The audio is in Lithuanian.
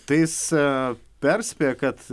tai jis perspėja kad